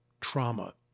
trauma